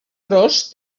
ros